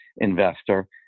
investor